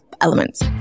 elements